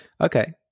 Okay